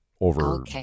over